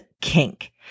kink